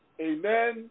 Amen